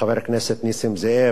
חבר הכנסת נסים זאב,